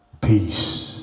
peace